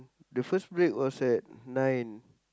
the first break was at nine